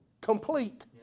complete